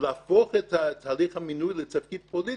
להפוך את תהליך המינוי לתפקיד פוליטי,